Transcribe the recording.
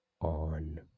on